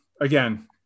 again